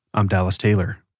i'm dallas taylor